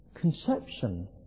conception